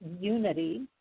unity